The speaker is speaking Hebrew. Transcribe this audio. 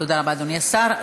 תודה רבה, אדוני השר.